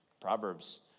Proverbs